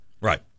Right